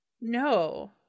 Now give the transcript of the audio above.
No